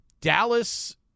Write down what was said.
Dallas